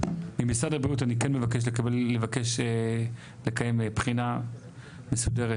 ממשרד הבריאות אני כן מבקש לקיים בחינה מסודרת.